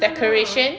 decoration